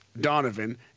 Donovan